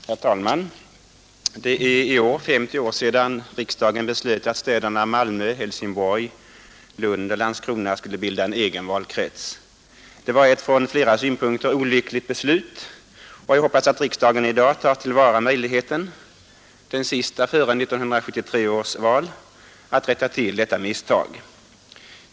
Herr talman! Det är i år 50 år sedan riksdagen beslöt att städerna Malmö, Helsingborg, Lund och Landskrona skulle bilda en egen valkrets. Det var ett från flera synpunkter olyckligt beslut, och jag hoppas att riksdagen i dag tar till vara möjligheten — den sista före 1973 års val — att rätta till detta misstag.